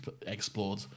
explored